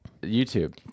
YouTube